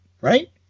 right